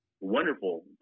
wonderful